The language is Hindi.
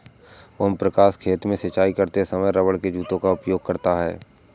ओम प्रकाश खेत में सिंचाई करते समय रबड़ के जूते का उपयोग करता है